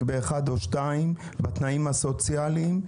בנושא אחד או שניים בתנאים הסוציאליים.